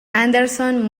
anderson